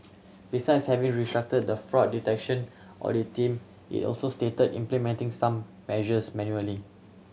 besides having restructured the fraud detection audit team it also started implementing some measures manually